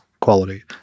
quality